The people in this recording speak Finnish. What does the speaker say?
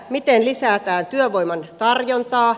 miten lisätään työvoiman tarjontaa